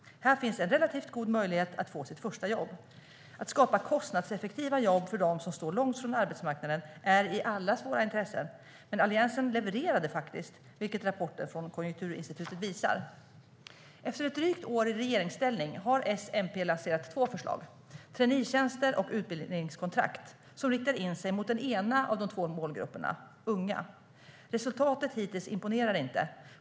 Här finns en relativt god möjlighet att få sitt första jobb. Att skapa kostnadseffektiva jobb för dem som står långt ifrån arbetsmarknaden är i allas våra intressen, men Alliansen levererade faktiskt, vilket rapporten från Konjunkturinstitutet visar. Efter ett drygt år i regeringsställning har S-MP lanserat två förslag, traineetjänster och utbildningskontrakt, som riktar in sig mot den ena av de två målgrupperna: unga. Resultatet hittills imponerar inte.